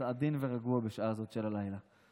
אתה עדין ורגוע בשעה זאת של הלילה.